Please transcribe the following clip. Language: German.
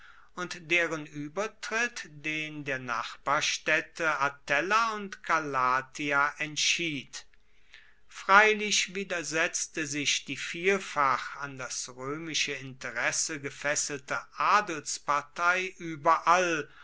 und deren uebertritt den der nachbarstaedte atella und calatia entschied freilich widersetzte sich die vielfach an das roemische interesse gefesselte adelspartei ueberall